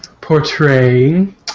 portraying